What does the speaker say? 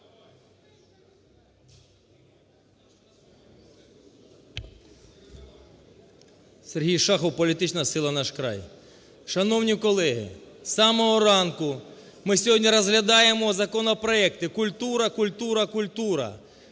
Сергій Шахов, політична сила "Наш край". Шановні колеги, з самого ранку ми сьогодні розглядаємо законопроект: культура, культура, культура.